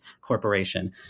Corporation